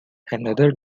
another